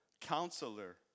counselor